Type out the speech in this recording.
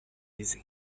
easy